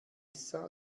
marissa